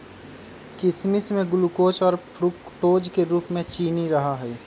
किशमिश में ग्लूकोज और फ्रुक्टोज के रूप में चीनी रहा हई